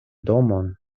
domon